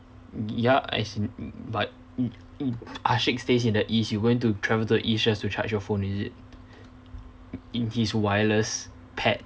ya as in but y~ y~ ashiq stays in the east you going to travel to the east just to charge your phone is it in his wireless pad